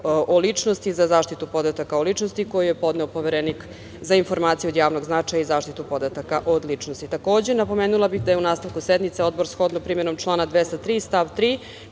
značaja i za zaštitu podataka o ličnosti, koji je podneo Poverenik za informacije od javnog značaja i zaštitu podataka od ličnosti. Takođe, napomenula bih da je u nastavku sednice Odbor, shodno primenom člana 203. stav 3.